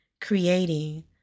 creating